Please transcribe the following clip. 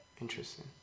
Interesting